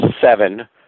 seven